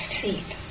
feet